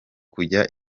kujya